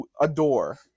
adore